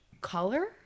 Color